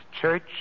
church